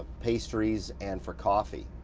pastries and for coffee.